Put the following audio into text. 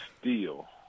Steel